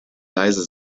leise